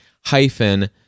hyphen